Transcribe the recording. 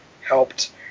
helped